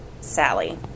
Sally